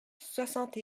soixante